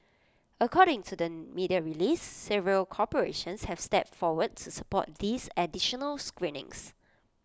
according to the media release several corporations have stepped forward to support these additional screenings